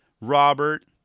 Robert